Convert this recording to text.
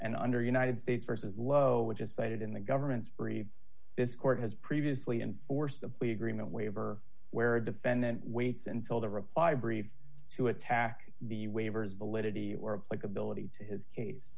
and under united states versus low which is cited in the government's brief this court has previously and forcibly agreement waiver where a defendant waits until the reply brief to attack the waivers validity or likeability to his case